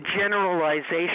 generalization